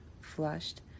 flushed